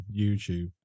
YouTube